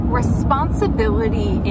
responsibility